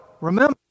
remember